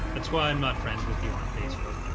that's why i'm not friends with you on facebook.